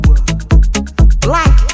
black